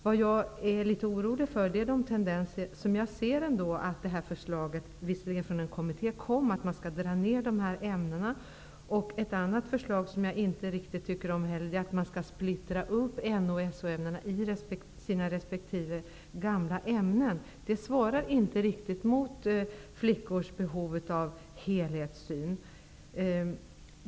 Vad jag är litet orolig för är de tendenser som jag ser i det här förslaget -- visserligen från en kommitté -- som innebär att de här ämnena skall dras ned. Ett annat förslag som jag inte riktigt tycker om är att N och SO-ämnena skall splittras upp i de gamla ämnena. Det svarar inte riktigt mot flickors behov av helhetssyn.